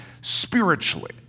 spiritually